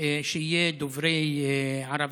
שיהיו דוברי ערבית,